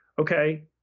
okay